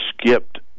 skipped